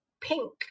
pink